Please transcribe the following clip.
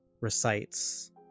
recites